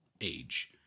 age